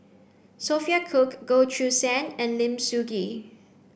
Sophia Cooke Goh Choo San and Lim Sun Gee